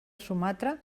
sumatra